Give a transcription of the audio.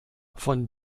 von